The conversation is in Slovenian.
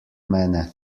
mene